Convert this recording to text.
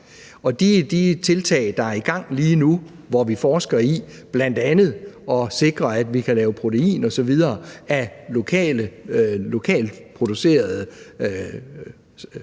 de tiltag, der er i gang lige nu, hvor vi forsker i bl.a. at sikre, at vi kan lave protein og osv. af lokalt producerede